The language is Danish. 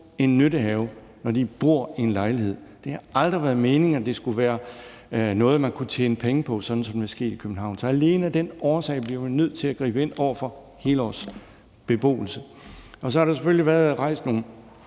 en nyttehave, når de bor i en lejlighed. Det har aldrig været meningen, at det skulle være noget, man kunne tjene penge på, sådan som det er sket i København. Så alene af den årsag bliver man nødt til at gribe ind over for helårsbeboelse. Og så har der selvfølgelig været rejst nogle